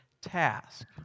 task